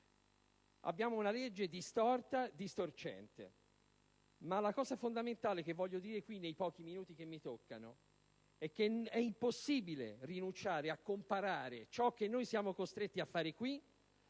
Abbiamo una legge distorta e distorcente, ma l'aspetto fondamentale che voglio evidenziare in questa sede nei pochi minuti che mi spettano, e che è impossibile rinunciare a comparare ciò che noi siamo costretti a fare qui